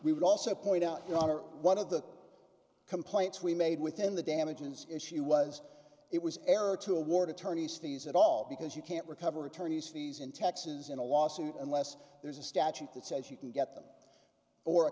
we will also point out one of the complaints we made within the damages issue was it was error to award attorneys fees at all because you can't recover attorney's fees in taxes in a lawsuit unless there's a statute that says you can get them or a